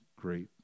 great